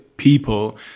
People